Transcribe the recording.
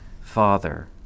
Father